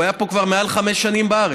הוא היה פה כבר מעל חמש שנים בארץ,